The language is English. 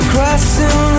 Crossing